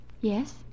Yes